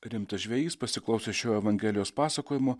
rimtas žvejys pasiklausęs šio evangelijos pasakojimo